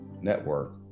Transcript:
network